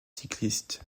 cyclistes